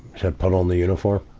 said, put on the uniform.